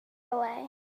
away